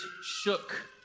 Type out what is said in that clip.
shook